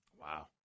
wow